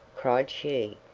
cried she,